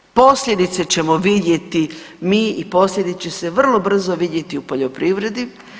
Posljedice ćemo vidjeti mi i posljedice će se vrlo brzo vidjeti u poljoprivredi.